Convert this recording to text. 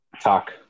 talk